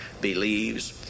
believes